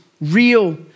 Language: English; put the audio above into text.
real